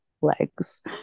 legs